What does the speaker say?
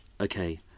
okay